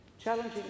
Challenging